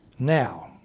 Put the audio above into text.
Now